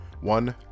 One